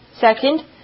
Second